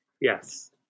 Yes